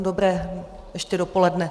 Dobré ještě dopoledne.